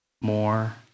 more